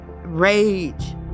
rage